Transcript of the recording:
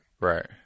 Right